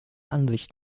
ansicht